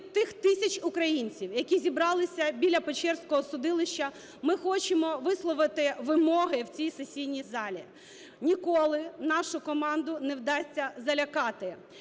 від тих тисяч українців, які зібралися біля печерського судилища, ми хочемо висловити вимоги в цій сесійній залі. Ніколи нашу команду не вдасться залякати.